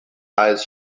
eyes